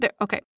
okay